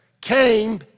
came